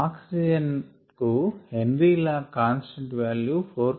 oxygen కు Henry law constant value 4